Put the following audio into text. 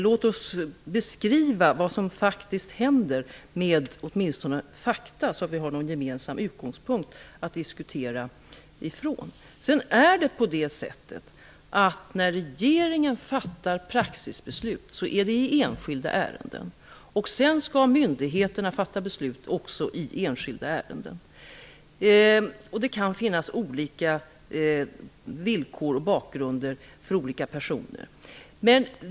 Låt oss beskriva vad som faktiskt händer med fakta, så att vi har en gemensam utgångspunkt att diskutera ifrån! När regeringen fattar praxisbeslut sker det i enskilda ärenden. Sedan skall myndigheterna fatta beslut -- också i enskilda ärenden. Det kan finnas olika villkor och bakgrunder för olika personer.